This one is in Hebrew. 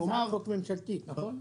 זו הצעת חוק ממשלתית, נכון?